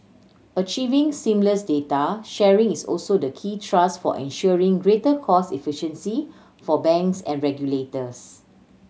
achieving seamless data sharing is also the key thrust for ensuring greater cost efficiency for banks and regulators